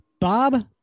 Bob